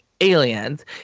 aliens